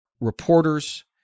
reporters